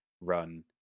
run